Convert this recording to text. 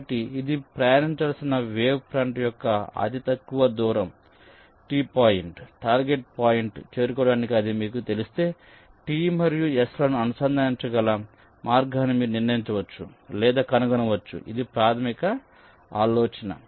కాబట్టి ఇది ప్రయాణించాల్సిన వేవ్ ఫ్రంట్ యొక్క అతి తక్కువ దూరం టి పాయింట్ టార్గెట్ పాయింట్ చేరుకోవడానికి అని మీకు తెలిస్తే T మరియు S లను అనుసంధానించగల మార్గాన్ని మీరు నిర్ణయించవచ్చు లేదా కనుగొనవచ్చు ఇది ప్రాథమిక ఆలోచన